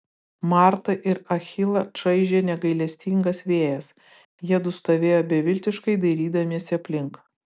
martą ir achilą čaižė negailestingas vėjas jiedu stovėjo beviltiškai dairydamiesi aplink